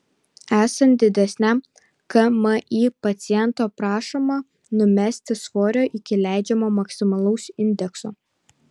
esant didesniam kmi paciento prašoma numesti svorio iki leidžiamo maksimalaus indekso